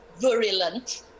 virulent